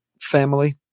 family